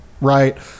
right